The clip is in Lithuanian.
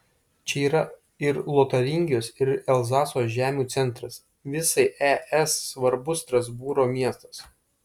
čia yra ir lotaringijos ir elzaso žemių centras visai es svarbus strasbūro miestas